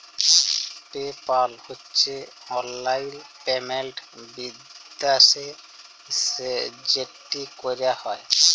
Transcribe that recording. pay পাল হছে অললাইল payment বিদ্যাশে যেট ক্যরা হ্যয়